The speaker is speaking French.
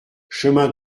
chemin